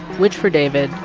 which, for david,